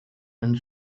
and